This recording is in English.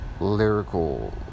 lyrical